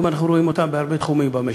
היום אנחנו רואים אותם בהרבה תחומים במשק.